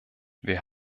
wir